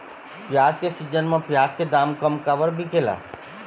प्याज के सीजन म प्याज के दाम कम काबर बिकेल?